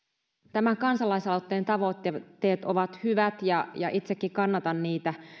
tämän kansalaisaloitteen tavoitteet ovat hyvät ja ja itsekin kannatan niitä